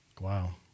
Wow